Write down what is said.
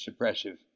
suppressive